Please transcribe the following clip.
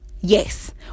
Yes